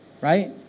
Right